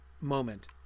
moment